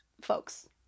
folks